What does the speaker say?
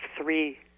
three